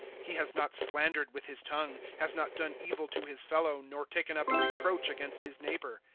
he has not slandered with his tongue. has not done evil to his fellow, nor taken up a reproach against his neighbor.